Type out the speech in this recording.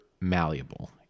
malleable